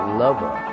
lover